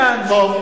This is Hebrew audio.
כאן.